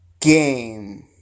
game